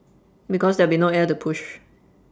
because there'll be no air to push